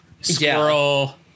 squirrel